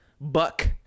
Buck